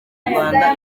rwanda